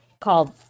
called –